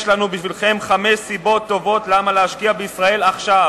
יש לנו בשבילכם חמש סיבות טובות למה להשקיע בישראל עכשיו.